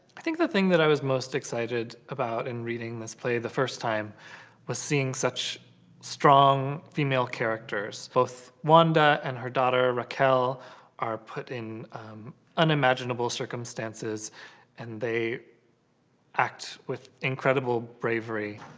i think the thing that i was most excited about in reading this play the first time was seeing such strong female characters. both wanda and her daughter, raquel are put in unimaginable circumstances and they act with incredible bravery.